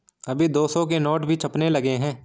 अभी दो सौ के नोट भी छपने लगे हैं